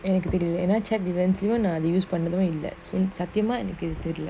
and then today and then I check event tools lah we use சத்தியமாஎனக்குதெரியல:sathyama enaku theriala